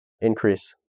increase